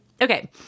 Okay